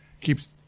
keeps